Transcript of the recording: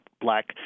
black